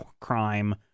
crime